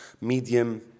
medium